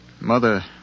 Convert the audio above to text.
Mother